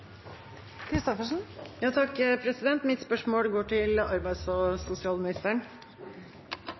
Mitt spørsmål går til arbeids- og sosialministeren.